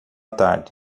tarde